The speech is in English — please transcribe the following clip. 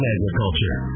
Agriculture